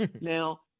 Now